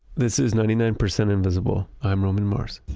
this is ninety nine percent invisible. i'm roman mars